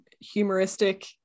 humoristic